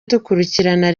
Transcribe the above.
dukurikirana